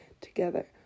together